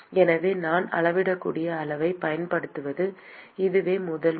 எனவே நான் அளவிடக்கூடிய அளவைப் பயன்படுத்துவது இதுவே முதல் முறை